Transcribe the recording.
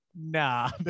Nah